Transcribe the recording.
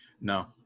no